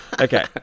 Okay